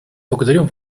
благодарим